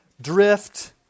drift